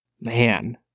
Man